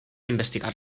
investigar